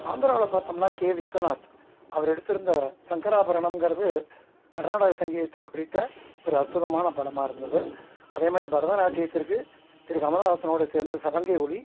ஆந்திராவில் பார்த்தோம்னா கே விஸ்வநாத் அவர் எடுத்திருந்த சங்கராபரணம்ங்கிறது கர்நாடக சங்கீதத்தை குறித்த ஒரு அற்புதமான படமாக இருந்தது அதேமாதிரி பரதநாட்டியத்திற்கு திரு கமலஹாசனோடு சேர்ந்து சலங்கை ஒலி